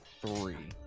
three